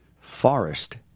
Forest